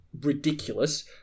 ridiculous